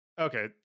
Okay